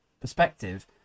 perspective